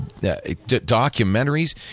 documentaries